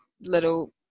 little